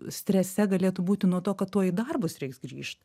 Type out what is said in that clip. strese galėtų būti nuo to kad tuoj į darbus reiks grįžt